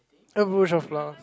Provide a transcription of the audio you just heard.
a bush of flower